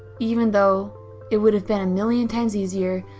even though it would have been a million times easier,